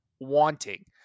wanting